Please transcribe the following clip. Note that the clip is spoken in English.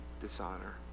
dishonor